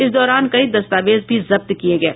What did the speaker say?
इस दौरान कई दस्तावेज भी जब्त किये गये